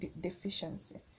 deficiency